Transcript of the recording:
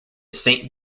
saint